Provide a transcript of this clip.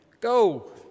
Go